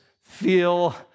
feel